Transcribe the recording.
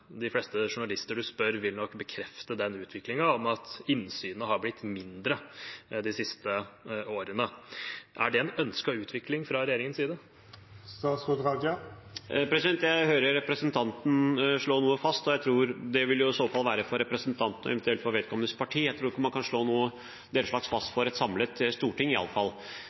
De fleste journalister man spør, vil nok bekrefte den utviklingen at innsynet er blitt mindre de siste årene. Er det en ønsket utvikling fra regjeringens side? Jeg hører representanten slå noe fast. Jeg tror det eventuelt vil være fra vedkommendes parti. Jeg tror ikke man kan slå den slags fast for et samlet storting i